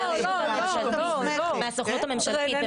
הצענו משהו ואנחנו קודם כל נשמע אתך משרד המשפטים ואחר כך את משרד